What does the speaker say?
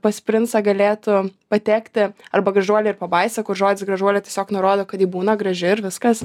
pas princą galėtų patekti arba gražuolė ir pabaisa kur žodis gražuolė tiesiog nurodo kad ji būna graži ir viskas